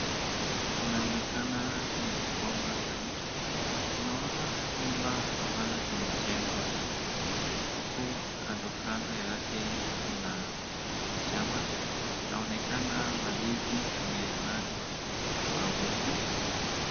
Kunaonekana ni boma ya mtu, tunaona nyumba ambayo imejengwa huku, huku kando kando yake kuna shamba, inaonekana mandizi imepandwa kwa wingi.